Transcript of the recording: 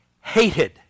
hated